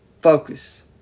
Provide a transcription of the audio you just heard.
focus